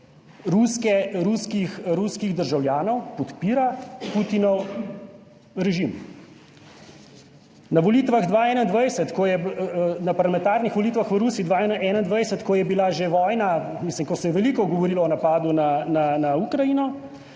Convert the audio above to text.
ruskih državljanov podpira Putinov režim. Na volitvah 2021, ko je na parlamentarnih volitvah v Rusiji 2021, ko je bila že vojna, mislim, ko se je veliko govorilo o napadu na Ukrajino,